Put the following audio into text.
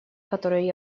которые